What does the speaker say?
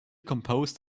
composed